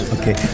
Okay